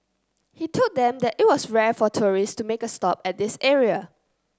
he told them that it was rare for tourists to make a stop at this area